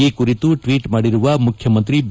ಈ ಕುರಿತು ಟ್ವೀಟ್ ಮಾಡಿರುವ ಮುಖ್ಯಮಂತ್ರಿ ಬಿ